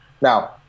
Now